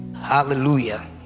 hallelujah